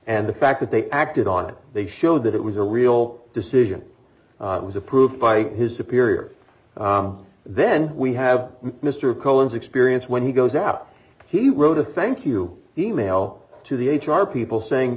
and the fact that they acted on it they showed that it was a real decision it was approved by his superior then we have mr cohen's experience when he goes out he wrote a thank you email to the h r people saying